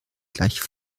gleich